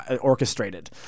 orchestrated